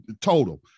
total